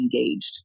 engaged